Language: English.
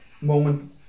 moment